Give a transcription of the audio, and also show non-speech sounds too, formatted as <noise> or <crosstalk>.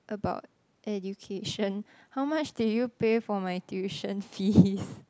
about education how much did you pay for my tuition fees <laughs>